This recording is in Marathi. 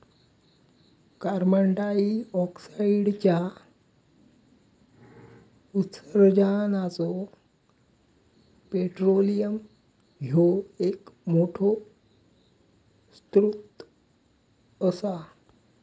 कार्बंडाईऑक्साईडच्या उत्सर्जानाचो पेट्रोलियम ह्यो एक मोठो स्त्रोत असा